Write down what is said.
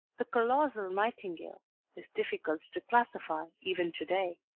the colossal nightingale is difficult to classify even to-day.